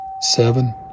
seven